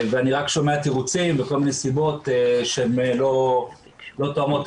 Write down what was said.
ואני רק שומע תירוצים וסיבות שלא תואמים את